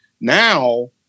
Now